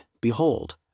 behold